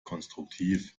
konstruktiv